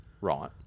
Right